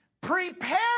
prepare